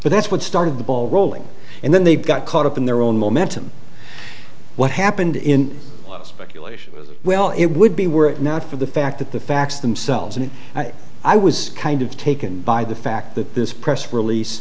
but that's what started the ball rolling and then they got caught up in their own momentum what happened in speculation well it would be were it not for the fact that the facts themselves and i was kind of taken by the fact that this press release